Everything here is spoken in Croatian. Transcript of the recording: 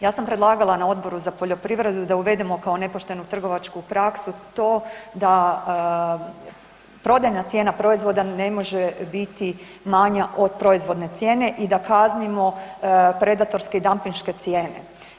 Ja sam predlagala na Odboru za poljoprivredu da uvedemo kao nepošteni trgovačku praksu to da prodajna cijena proizvoda ne može biti manja od proizvodne cijene i da kaznimo predatorske i dampinške cijene.